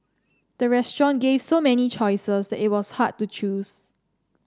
the restaurant gave so many choices that it was hard to choose